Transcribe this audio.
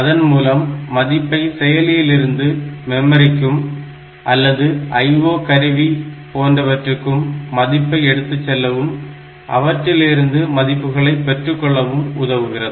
அதன்மூலம் மதிப்பை செயலியில் இருந்து மெமரிக்கும் அல்லது IO கருவி போன்றவற்றுக்கும் மதிப்பை எடுத்துச் செல்லவும் அவற்றில் இருந்து மதிப்புகளை பெற்றுக் கொள்ளவும் உதவுகிறது